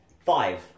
Five